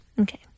Okay